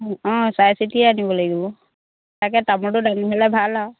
অ' চাই চিতি আনিব লাগিব তাকে তামোলটো ডাঙৰ হ'লে ভাল আৰু